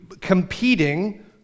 competing